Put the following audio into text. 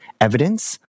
evidence